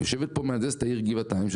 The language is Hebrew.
יושבת פה מהנדסת העיר גבעתיים,